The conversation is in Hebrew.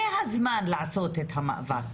זה הזמן לעשות את המאבק.